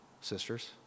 sisters